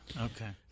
Okay